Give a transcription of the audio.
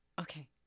Okay